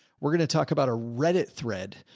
we're going to talk about a reddit thread,